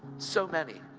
so many,